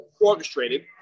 orchestrated